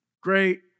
great